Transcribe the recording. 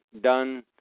done